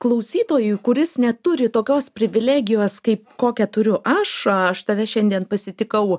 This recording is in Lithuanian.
klausytojui kuris neturi tokios privilegijos kai kokią turiu aš aš tave šiandien pasitikau